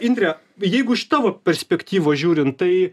indre jeigu iš tavo perspektyvos žiūrint tai